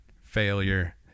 failure